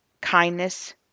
kindness